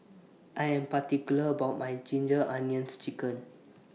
I Am particular about My Ginger Onions Chicken